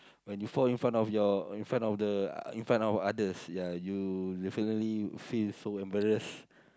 when you fall in front of your in front of the in front of others yeah you definitely feel so embarrass